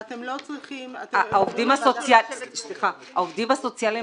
ואתם לא צריכים --- העובדים הסוציאליים